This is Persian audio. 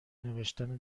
نوشتن